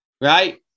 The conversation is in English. Right